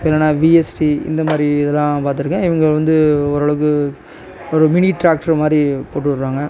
என்னன்னா விஎஸ்டி இந்த மாரி இதெல்லாம் பார்த்துருக்கேன் இவங்க வந்து ஓரளவுக்கு ஒரு மினி ட்ராக்டர் மாதிரி கொண்டு வருவாங்க